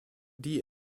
die